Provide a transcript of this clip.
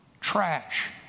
trash